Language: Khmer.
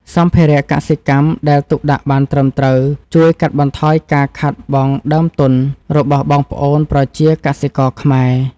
សម្ភារៈកសិកម្មដែលទុកដាក់បានត្រឹមត្រូវជួយកាត់បន្ថយការខាតបង់ដើមទុនរបស់បងប្អូនប្រជាកសិករខ្មែរ។